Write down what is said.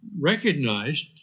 recognized